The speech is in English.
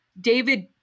David